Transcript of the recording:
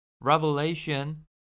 Revelation